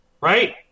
Right